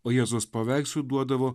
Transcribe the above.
o jėzaus paveiksui duodavo